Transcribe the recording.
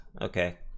Okay